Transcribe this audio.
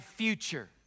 future